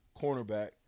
cornerback